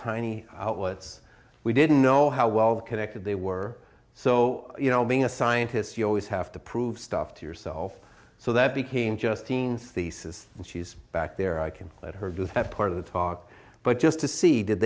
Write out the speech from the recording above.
tiny outlets we didn't know how well connected they were so you know being a scientist you always have to prove stuff to yourself so that became just teen thesis and she's back there i can let her do that part of the talk but just to see did